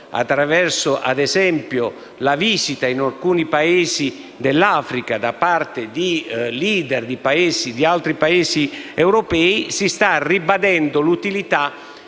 attraverso - ad esempio - la visita in alcuni Paesi dell'Africa da parte di *leader* di altri Paesi europei, si sta ribadendo l'utilità